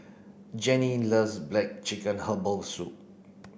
Jenny loves black chicken herbal soup